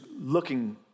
looking